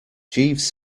jeeves